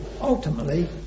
ultimately